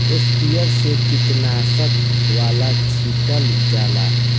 sprayer से कीटनाशक वाला छीटल जाला